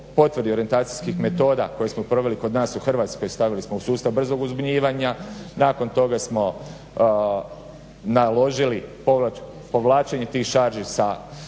po orijentacijskih metoda koje smo proveli kod nas u Hrvatskoj, stavili smo u sustav brzog uzbunjivanja, nakon toga smo naložili povlačenje tih šarži sa trgovačkih